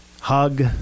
hug